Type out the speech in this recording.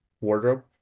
wardrobe